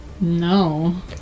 No